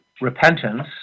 repentance